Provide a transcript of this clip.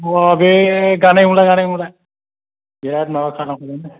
अ' बे गानाय नंला गानाय नंला बिराद माबा खादां बिनि थाखाय